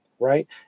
right